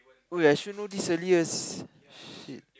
oh I should know this earliest shit